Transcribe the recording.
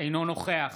אינו נוכח